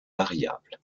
variable